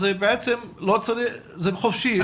אז בעצם זה חופשי.